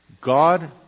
God